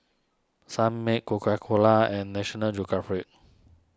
Sunmaid Coca Cola and National Geographic